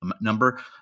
number